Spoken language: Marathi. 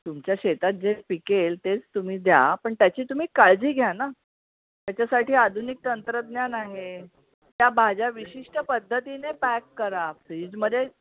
तुमच्या शेतात जे पिकेल तेच तुम्ही द्या पण त्याची तुम्ही काळजी घ्या ना त्याच्यासाठी आधुनिक तंत्रज्ञान आहे त्या भाज्या विशिष्ट पद्धतीने पॅक करा फ्रीजमध्ये